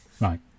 right